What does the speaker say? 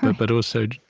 but but also,